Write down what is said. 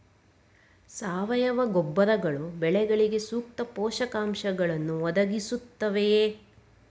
ಸಾವಯವ ಗೊಬ್ಬರಗಳು ಬೆಳೆಗಳಿಗೆ ಸೂಕ್ತ ಪೋಷಕಾಂಶಗಳನ್ನು ಒದಗಿಸುತ್ತವೆಯೇ?